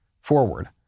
forward